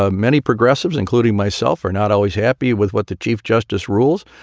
ah many progressives, including myself, are not always happy with what the chief justice rules,